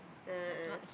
a'ah